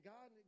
God